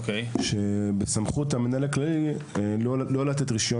הוא בעצם מעניק סמכות למנהל הכללי לא לתת רישיון